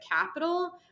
capital